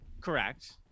Correct